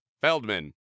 Feldman